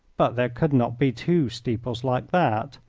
but there could not be two steeples like that,